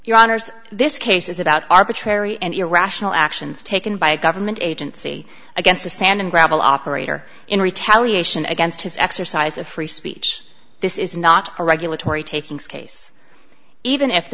your honour's this case is about arbitrary and irrational actions taken by a government agency against a sand and gravel operator in retaliation against his exercise of free speech this is not a regulatory taking scase even if the